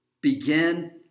begin